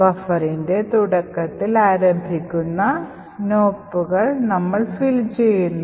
ബഫറിന്റെ തുടക്കത്തിൽ ആരംഭിക്കുന്ന നോപ്പുകൾ നമ്മൾ fill ചെയ്യുന്നു